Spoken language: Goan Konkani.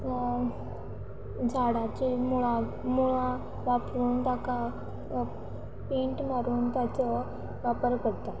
झाडांची मुळां मुळां वापरून ताका पेंट मारून ताचो वापर करता